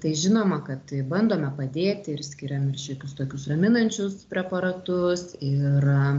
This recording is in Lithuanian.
tai žinoma kad tai bandome padėti ir skiriam ir šiokius tokius raminančius preparatus ir